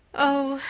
oh,